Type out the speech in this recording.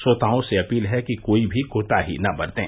श्रोताओं से अपील है कि कोई भी कोताही न बरतें